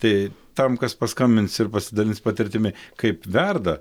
tai tam kas paskambins ir pasidalins patirtimi kaip verda